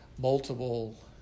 multiple